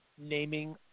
naming